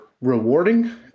rewarding